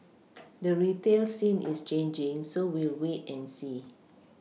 the retail scene is changing so we'll wait and see